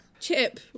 Chip